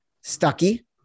Stucky